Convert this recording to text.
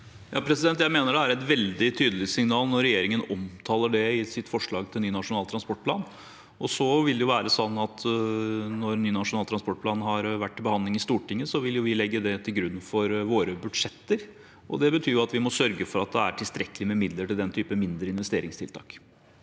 Jeg mener det er et veldig tydelig signal når regjeringen omtaler det i sitt forslag til ny Nasjonal transportplan. Det vil være sånn at når ny NTP har vært til behandling i Stortinget, vil vi legge den til grunn for våre budsjetter. Det betyr at vi må sørge for at det er tilstrekkelig med midler til denne typen mindre investeringstiltak.